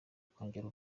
kongera